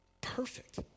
perfect